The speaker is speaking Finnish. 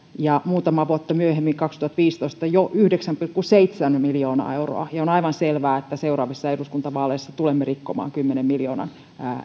ja muutamaa vuotta myöhemmin kaksituhattaviisitoista jo yhdeksän pilkku seitsemän miljoonaa euroa ja on aivan selvää että seuraavissa eduskuntavaaleissa tulemme rikkomaan kymmenen miljoonan